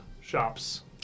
shops